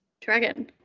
Dragon